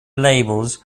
labels